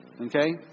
Okay